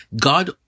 God